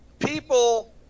People